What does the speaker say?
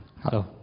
Hello